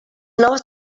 noves